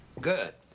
Good